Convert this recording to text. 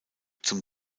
zum